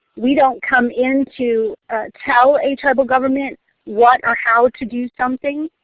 we don't come in to tell a tribal government what or how to do something.